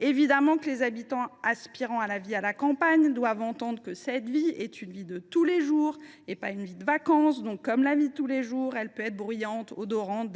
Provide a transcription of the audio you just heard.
évidemment, les habitants aspirant à une vie à la campagne doivent entendre qu’il s’agit d’une vie de tous les jours et non pas de vacances. Et comme toute vie de tous les jours, celle ci peut être bruyante, odorante,